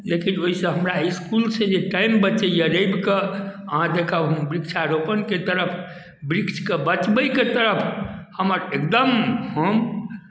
लेकिन ओहिसँ हमरा इसकुलसँ जे टाइम बचैए रविकेँ अहाँ देखब हम वृक्षारोपणके तरफ वृक्षके बचबै के तरफ हमर एकदम हम